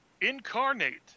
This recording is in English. Incarnate